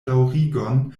daŭrigon